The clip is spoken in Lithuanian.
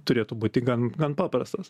turėtų būti gan gan paprastas